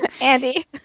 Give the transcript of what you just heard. Andy